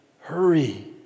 Hurry